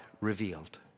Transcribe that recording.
revealed